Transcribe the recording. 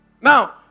Now